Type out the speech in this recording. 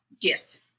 Yes